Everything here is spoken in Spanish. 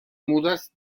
mudas